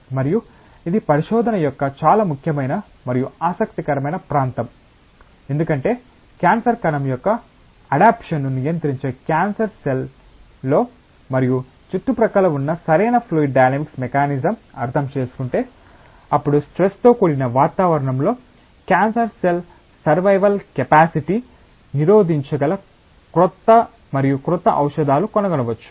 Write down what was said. మరియు ఇది పరిశోధన యొక్క చాలా ముఖ్యమైన మరియు ఆసక్తికరమైన ప్రాంతం ఎందుకంటే క్యాన్సర్ కణం యొక్క అడాప్షన్ ను నియంత్రించే కాన్సర్ సెల్లో మరియు చుట్టుపక్కల ఉన్న సరైన ఫ్లూయిడ్ డైనమిక్ మెకానిజం అర్థం చేసుకుంటే అప్పుడు స్ట్రెస్ తో కూడిన వాతావరణంలో క్యాన్సర్ సెల్ సర్వైవల్ కెపాసిటీ నిరోధించగల కొత్త మరియు క్రొత్త ఔషదాలు కనుగొనవచ్చు